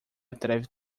atreve